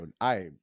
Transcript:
I-